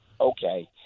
Okay